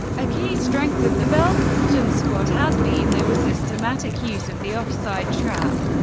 a key strength of the belgian belgian squad has been their systematic use of the offside trap,